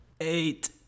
Eight